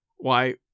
Why